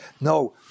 no